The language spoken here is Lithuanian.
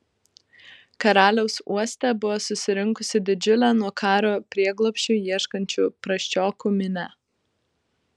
karaliaus uoste buvo susirinkusi didžiulė nuo karo prieglobsčio ieškančių prasčiokų minia